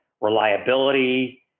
reliability